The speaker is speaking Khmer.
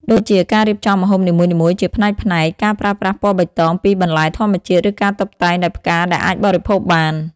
ដូចជាការរៀបចំម្ហូបនីមួយៗជាផ្នែកៗ ការប្រើប្រាស់ពណ៌បៃតងពីបន្លែធម្មជាតិ ឬការតុបតែងដោយផ្កាដែលអាចបរិភោគបាន។